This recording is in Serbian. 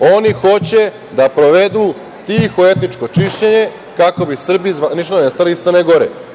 Oni hoće da provedu tiho etičko čišćenje kako bi Srbi zvanično nestali iz Crne